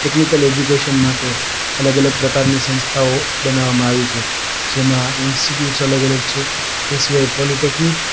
technical education માટે અલગ અલગ પ્રકારની સંસ્થાઓ બનાવામાં આવી છે જેમાં ઇન્સ્ટિટ્યૂટસ અલગ અલગ છે એ સિવાય પોલિટેકનિક